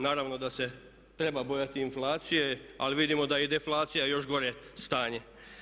Naravno da se treba bojati inflacije, ali vidimo da je i deflacija još gore stanje.